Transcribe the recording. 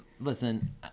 Listen